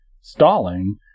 stalling